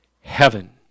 heaven